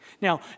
Now